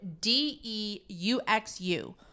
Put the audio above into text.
D-E-U-X-U